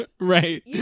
right